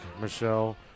Michelle